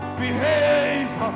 behave